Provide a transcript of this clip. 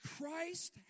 Christ